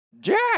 Jack